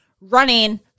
running